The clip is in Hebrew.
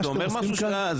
מה שאתם עושים כאן --- תגיד,